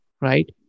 right